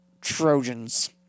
Trojans